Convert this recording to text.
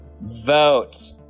Vote